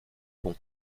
bon